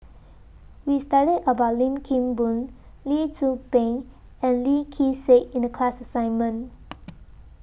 We studied about Lim Kim Boon Lee Tzu Pheng and Lee Kee Sek in The class assignment